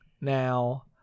now